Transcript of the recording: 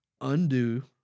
undo